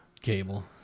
cable